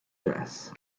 dress